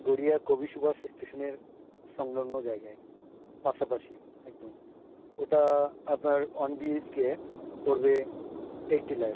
গড়িয়ার কবি সুভাষ স্টেশানের সংলগ্ন জায়গায় পাশাপাশি একদম ওটা আপনার ওয়ান বিএইচকে পড়বে এইটটি ল্যাখ